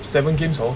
seven games hor